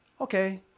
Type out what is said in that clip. Okay